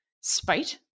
spite